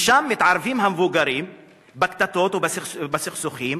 שם מתערבים המבוגרים בקטטות ובסכסוכים,